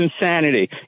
insanity